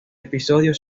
episodio